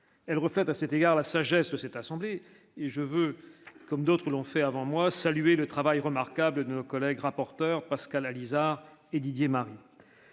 elle reflète à cet égard la sagesse de cette assemblée et je veux comme d'autres l'ont fait avant moi, saluer le travail remarquable de nos collègues rapporteur Pascal Alizart et Didier Marie.